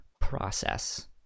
process